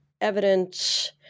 evidence